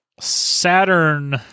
Saturn